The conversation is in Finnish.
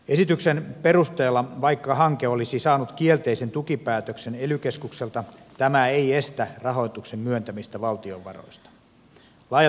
esityksen perusteella vaikka hanke olisi saanut kielteisen tukipäätöksen ely keskukselta tämä ei estä rahoituksen myöntämistä valtion varoista